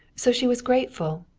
so she was grateful,